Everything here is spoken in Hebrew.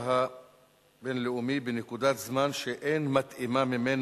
6430, 7075,